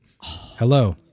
Hello